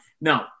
No